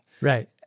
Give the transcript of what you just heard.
Right